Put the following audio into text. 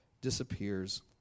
disappears